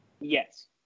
Yes